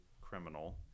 criminal